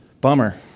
Bummer